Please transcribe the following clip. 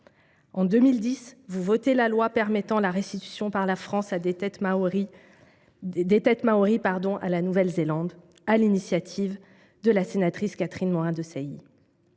En 2010, vous votiez la loi permettant la restitution par la France des têtes maories à la Nouvelle Zélande, sur l’initiative de la sénatrice Catherine Morin Desailly.